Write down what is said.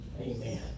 Amen